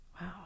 wow